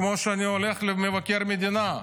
כמו שאני הולך למבקר המדינה.